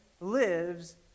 lives